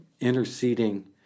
interceding